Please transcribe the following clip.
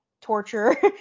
torture